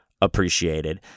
appreciated